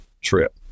trip